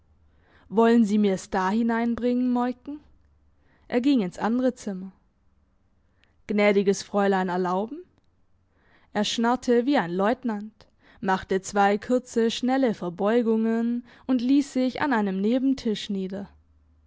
wollen sie mir's da hineinbringen moiken er ging ins andere zimmer gnädiges fräulein erlauben er schnarrte wie ein leutnant machte zwei kurze schnelle verbeugungen und liess sich an einem nebentisch nieder